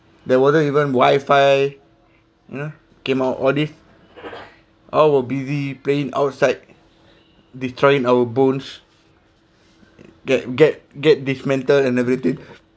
there wasn't even wifi came out all these all were busy playing outside destroying our bones get get get dismantle and everything